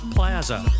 Plaza